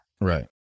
Right